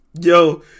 Yo